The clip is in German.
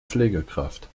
pflegekraft